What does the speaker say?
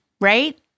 Right